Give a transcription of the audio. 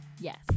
yes